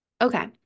Okay